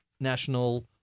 National